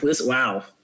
Wow